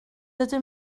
ydym